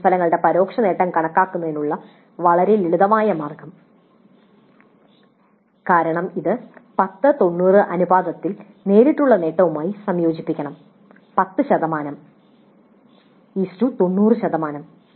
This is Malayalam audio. കോഴ്സ് ഫലങ്ങളുടെ പരോക്ഷ നേട്ടം കണക്കാക്കുന്നതിനുള്ള വളരെ ലളിതമായ മാർഗ്ഗം കാരണം ഇത് 1090 അനുപാതത്തിൽ നേരിട്ടുള്ള നേട്ടവുമായി സംയോജിപ്പിക്കണം 10 ശതമാനം 90 ശതമാനം